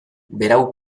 berau